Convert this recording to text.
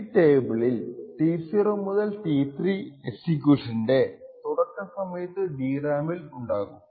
ഈ ടേബിളുകൾ T0 T3 എക്സിക്യൂഷൻറെ തുടക്ക സമയത്തു DRAM ൽ ഉണ്ടാകും